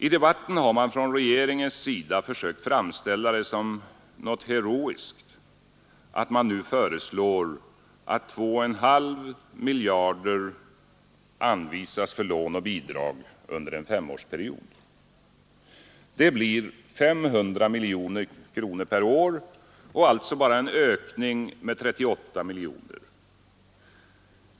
I debatten har man från regeringens sida försökt framställa det som något heroiskt att man nu föreslår att 2,5 miljarder anvisas för lån och bidrag under en femårsperiod. Det blir 500 miljoner kronor per år och alltså bara en ökning om 38 miljoner per år i genomsnitt.